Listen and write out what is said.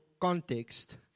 context